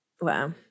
Wow